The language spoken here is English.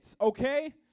okay